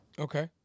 Okay